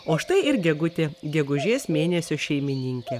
o štai ir gegutė gegužės mėnesio šeimininkė